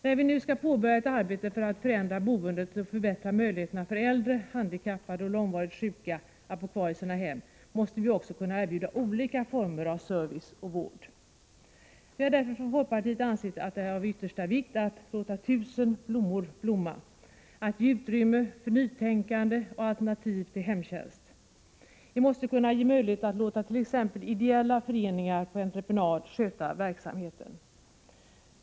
När vi nu skall påbörja ett arbete för att förbättra boendet och förbättra möjligheterna för äldre, handikappade och långvarigt sjuka att bo kvar i sina hem, måste vi också kunna erbjuda olika former av service och vård. Vi har därför från folkpartiet ansett att det är av yttersta vikt att ”låta tusen blommor blomma”, att ge utrymme för nytänkande och alternativ till hemtjänst. Vi måste kunna ge möjlighet att låta t.ex. ideella föreningar på entreprenad sköta verksamheten.